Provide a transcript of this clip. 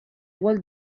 walt